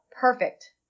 perfect